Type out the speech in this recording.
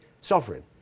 sovereign